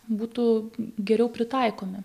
būtų geriau pritaikomi